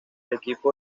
equipo